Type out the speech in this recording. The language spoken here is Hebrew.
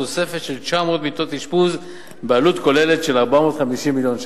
תוספת של 900 מיטות אשפוז בעלות כוללת של 450 מיליון ש"ח.